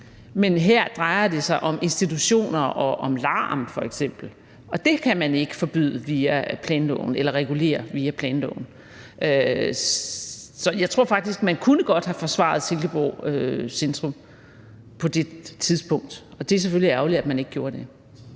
men her drejer det sig om institutioner og om f.eks. larm. Og det kan man ikke forbyde via planloven eller regulere via planloven. Så jeg tror faktisk godt, man kunne have forsvaret Silkeborgs centrum på det tidspunkt. Og det er selvfølgelig ærgerligt, at man ikke gjorde det.